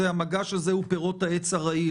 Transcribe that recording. המגש הזה הוא פירות העץ הרעיל,